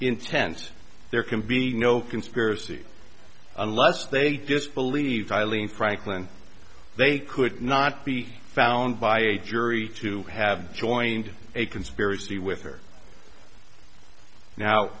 intent there can be no conspiracy unless they disbelieve eileen franklin they could not be found by a jury to have joined a conspiracy with her now